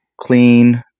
clean